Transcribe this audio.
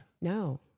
No